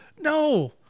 No